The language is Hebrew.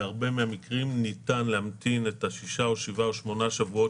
בהרבה מן המקרים ניתן להמתין שישה או שבעה או שמונה שבועות